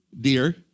dear